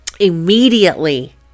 Immediately